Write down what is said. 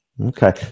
Okay